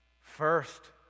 First